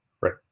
Right